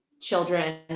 children